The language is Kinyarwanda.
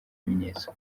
ibimenyetso